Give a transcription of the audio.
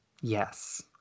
yes